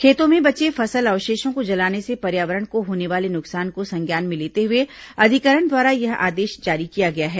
खेतों में बचे फसल अवशेषों को जलाने से पर्यावरण को होने वाले नुकसान को संज्ञान में लेते हुए अधिकरण द्वारा यह आदेश जारी किया गया है